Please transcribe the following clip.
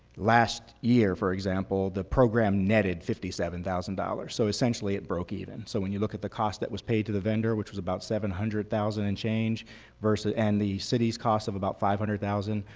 last year, for example, the program netted fifty seven thousand dollars. so essentially it broke even. so when you look at the cost that was paid to the vendor which was about seven hundred thousand and change versus and the city's cost of about five hundred thousand,